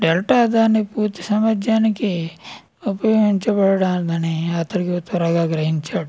delta కాని పూర్తి సామర్ధ్యానికి ఉపయోగించబడడాన్ని అతను త్వరగా గ్రహించాడు